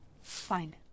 Fine